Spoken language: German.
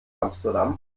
amsterdam